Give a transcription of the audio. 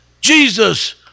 Jesus